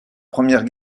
première